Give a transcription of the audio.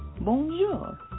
bonjour